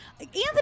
anthony